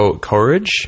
Courage